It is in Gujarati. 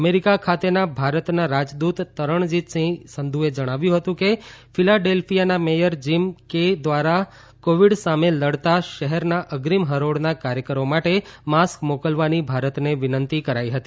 અમેરીકા ખાતેના ભારતના રાજદુત તરણજીતસિંહ સંધુએ જણાવ્યું હતું કે ફિલાડેલ્ફીયાના મેયર જીમ કેની ધ્વારા કોવિડ સામે લડતાં શહેરના અગ્રીમ હરોળના કાર્યકરો માટે માસ્ક મોકલવાની ભારતને વિનંતી કરાઇ હતી